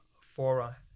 fora